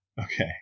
Okay